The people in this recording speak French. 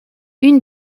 une